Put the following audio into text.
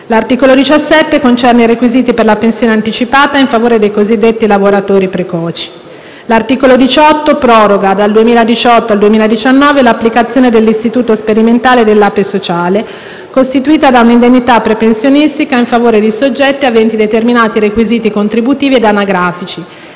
L'articolo 17 concerne i requisiti per la pensione anticipata in favore dei cosiddetti lavoratori precoci. L'articolo 18 proroga dal 2018 al 2019 l'applicazione dell'istituto sperimentale dell'APE sociale, costituita da un'indennità pre-pensionistica in favore di soggetti aventi determinati requisiti contributivi e anagrafici